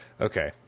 Okay